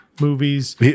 movies